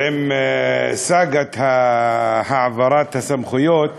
עם סאגת העברת הסמכויות